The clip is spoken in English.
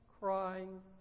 crying